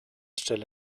stelle